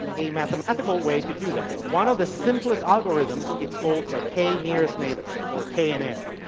a mathematical way to do that. one of the simplest ah grims, it's called the k nearest neighbors or knn.